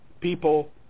people